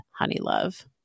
Honeylove